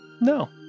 No